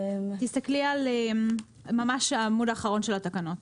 תסתכלי על העמוד האחרון של התקנות.